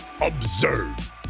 observe